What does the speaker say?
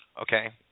okay